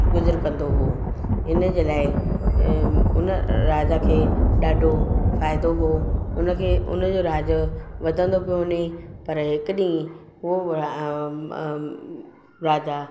गुज़रु कंदो हो इनजे लाइ उन राजा खे ॾाढो फ़ाइदो हो उनखे उनजो राज्य वधंदो पियो वञे पर हिकु ॾींहुं उहो राजा